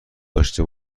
داشته